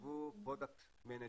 תחשבו product management,